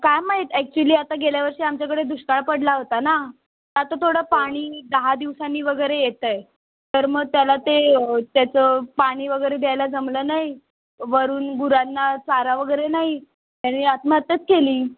काय माहीत ॲक्चुअली आता गेल्या वर्षी आमच्याकडे दुष्काळ पडला होता ना आता थोडं पाणी दहा दिवसांनी वगैरे येतं आहे तर मग त्याला ते त्याचं पाणी वगैरे द्यायला जमलं नाही वरून गुरांना चारा वगैरे नाही त्याने आत्महत्याच केली